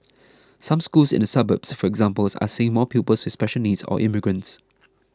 some schools in the suburbs for example are seeing more pupils with special needs or immigrants